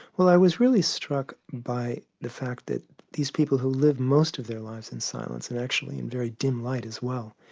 well i was really struck by the fact that these people who live most of their lives in silence and actually in very dim light as well,